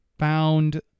found